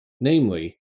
namely